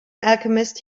alchemist